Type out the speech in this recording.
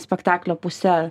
spektaklio puse